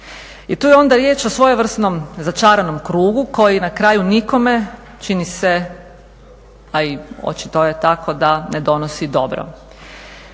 I tu je onda riječ o svojevrsnom začaranom krugu koji na kraju nikome čini se a i očito je tako da ne donosi dobro.